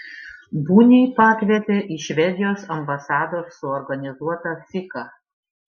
bunį pakvietė į švedijos ambasados suorganizuotą fiką